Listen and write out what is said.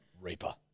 Reaper